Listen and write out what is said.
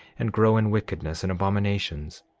and grow in wickedness and abominations,